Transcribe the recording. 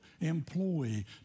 employee